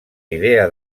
idea